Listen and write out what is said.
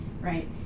right